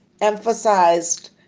emphasized